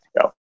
go